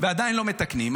ועדיין לא מתקנים,